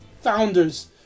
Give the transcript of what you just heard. founders